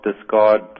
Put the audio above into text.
discard